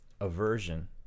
aversion